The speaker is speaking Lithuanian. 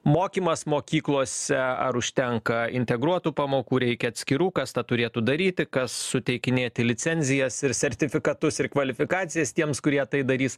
mokymas mokyklose ar užtenka integruotų pamokų reikia atskirų kas tą turėtų daryti kas suteikinėti licenzijas ir sertifikatus ir kvalifikacijas tiems kurie tai darys